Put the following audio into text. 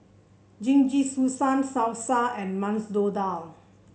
Jingisukan Salsa and Masoor Dal